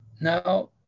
now